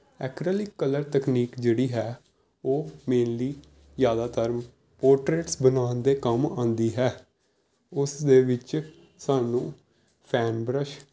acrylic colour ਤਕਨੀਕ ਜਿਹੜੀ ਹੈ ਉਹ ਮੇਨਲੀ ਜ਼ਿਆਦਾਤਰ ਪੋਟਰੇਟਸ ਬਣਾਉਣ ਦੇ ਕੰਮ ਆਉਂਦੀ ਹੈ ਉਸ ਦੇ ਵਿੱਚ ਸਾਨੂੰ ਫੈਨ ਬਰੱਸ਼